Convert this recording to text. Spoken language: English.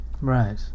Right